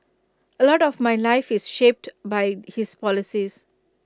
A lot of my life is shaped by his policies